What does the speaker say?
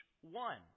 one